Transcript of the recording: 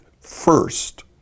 first